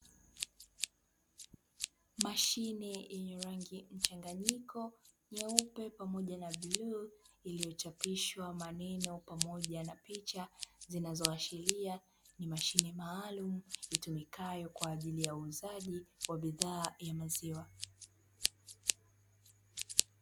Mashine yenye rangi mchanganyiko nyeupe pamoja na bluu, iliyochapishwa maneno pamoja na picha, zinazoashiria ni mashine maalumu itumikayo kwa ajili ya uuzaji wa bidhaa ya maziwa.